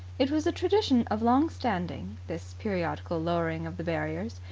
it was a tradition of long standing, this periodical lowering of the barriers,